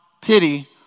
pity